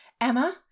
Emma